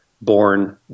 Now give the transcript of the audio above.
born